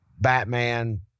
Batman